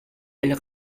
elles